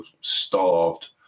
starved